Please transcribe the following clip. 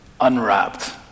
unwrapped